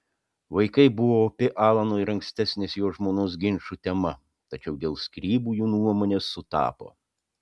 vaikai buvo opi alano ir ankstesnės jo žmonos ginčų tema tačiau dėl skyrybų jų nuomonės sutapo